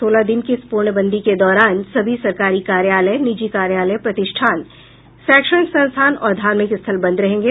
सोलह दिन की इस पूर्णबंदी के दौरान सभी सरकारी कार्यालय निजी कार्यालय प्रतिष्ठान शैक्षणिक संस्थान और धार्मिक स्थल बंद रहेंगे